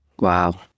Wow